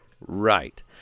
Right